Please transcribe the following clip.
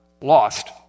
lost